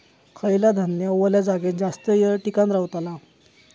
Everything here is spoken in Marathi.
खयला धान्य वल्या जागेत जास्त येळ टिकान रवतला?